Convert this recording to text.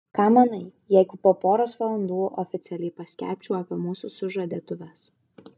ką manai jeigu po poros valandų oficialiai paskelbčiau apie mūsų sužadėtuves